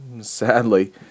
Sadly